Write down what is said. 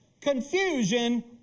confusion